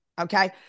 Okay